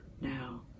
now